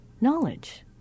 knowledge